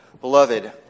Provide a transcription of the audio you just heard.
Beloved